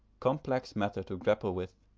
complex matter to grapple with.